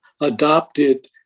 adopted